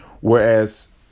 whereas